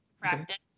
practice